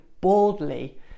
boldly